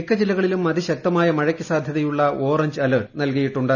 മിക്ക ജില്ലകളിലും അതിശക്തമായ മഴയ്ക്ക് സാധ്യതയുള്ള ഓറഞ്ച് അലർട്ട് നൽകിയിട്ടുണ്ട്